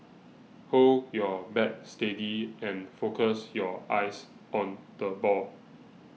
hold your bat steady and focus your eyes on the ball